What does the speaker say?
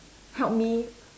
help me